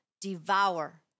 devour